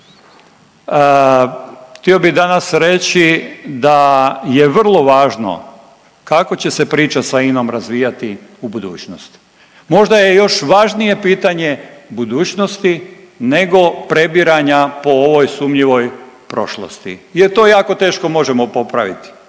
Htio bi danas reći da je vrlo važno kako će se priča sa Inom razvijati u budućnosti. Možda je još važnije pitanje budućnosti nego prebiranja po ovoj sumnjivoj prošlosti jer to jako teško možemo popraviti.